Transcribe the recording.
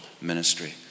ministry